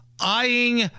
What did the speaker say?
eyeing